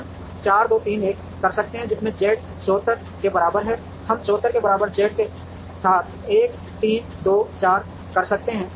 हम 4 2 3 1 कर सकते हैं जिसमें Z 74 के बराबर है हम 74 के बराबर z के साथ 1 3 2 4 कर सकते हैं